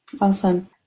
awesome